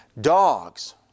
dogs